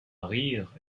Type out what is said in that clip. rire